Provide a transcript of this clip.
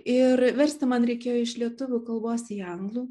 ir versti man reikėjo iš lietuvių kalbos į anglų